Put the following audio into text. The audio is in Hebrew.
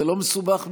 זה לא מסובך מדי,